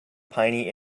piny